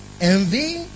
envy